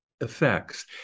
effects